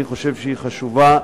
אני חושב שהיא חשובה,